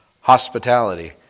hospitality